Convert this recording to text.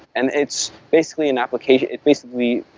and it's basically an application. it's basically